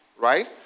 right